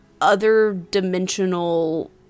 other-dimensional